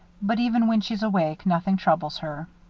but even when she's awake, nothing troubles her.